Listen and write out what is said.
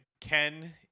Ken